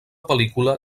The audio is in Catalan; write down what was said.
pel·lícula